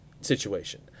situation